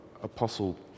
Apostle